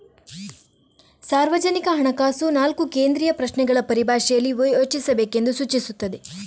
ಸಾರ್ವಜನಿಕ ಹಣಕಾಸು ನಾಲ್ಕು ಕೇಂದ್ರೀಯ ಪ್ರಶ್ನೆಗಳ ಪರಿಭಾಷೆಯಲ್ಲಿ ಯೋಚಿಸಬೇಕೆಂದು ಸೂಚಿಸುತ್ತದೆ